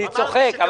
אמרתי,